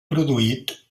produït